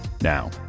Now